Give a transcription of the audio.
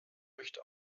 möchte